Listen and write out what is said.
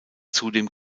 zudem